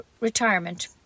retirement